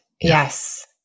Yes